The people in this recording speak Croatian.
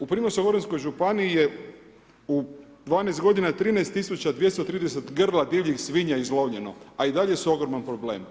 U Primorsko goranskoj županiji je u 12 g. 13230 grla divljih svinja izlovljeno, a i dalje su ogroman problem.